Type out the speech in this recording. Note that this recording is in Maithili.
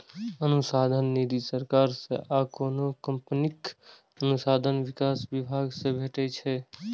अनुसंधान निधि सरकार सं आ कोनो कंपनीक अनुसंधान विकास विभाग सं भेटै छै